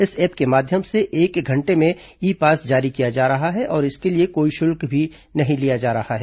इस ऐप के माध्यम से एक घंटे में ई पास जारी किया जा रहा है और इसके लिए कोई शल्क भी नहीं लिया जा रहा है